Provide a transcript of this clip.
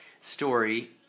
story